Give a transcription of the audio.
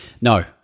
No